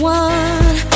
one